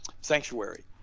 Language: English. sanctuary